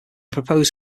proposed